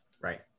Right